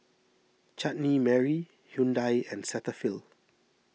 Chutney Mary Hyundai and Cetaphil